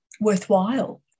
worthwhile